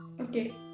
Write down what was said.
Okay